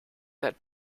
that